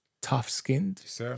tough-skinned